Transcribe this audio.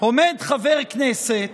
עומד חבר כנסת,